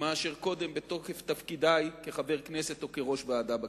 מאשר קודם בתוקף תפקידי כחבר הכנסת או כראש ועדה בכנסת.